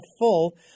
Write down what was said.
full